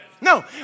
No